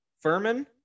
Furman